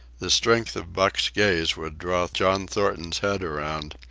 the strength of buck's gaze would draw john thornton's head around,